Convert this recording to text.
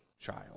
child